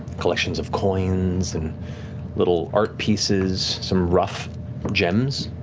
collections of coins, and little art pieces, some rough gems.